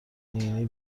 نینی